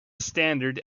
standard